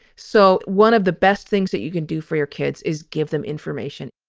so one of the best things that you can do for your kids is give them information